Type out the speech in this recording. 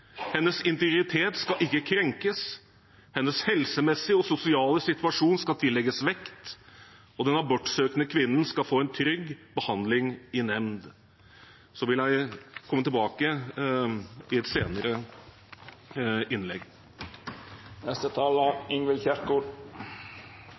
hennes integritet skal ikke krenkes, hennes helsemessige og sosiale situasjon skal tillegges vekt, og den abortsøkende kvinnen skal få en trygg behandling i nemnd. Så vil jeg komme tilbake i et senere innlegg.